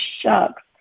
Shucks